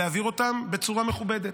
להעביר אותם בצורה מכובדת.